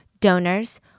donors